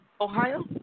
Ohio